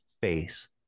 face